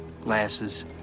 glasses